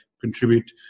contribute